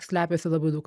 slepiasi labai daug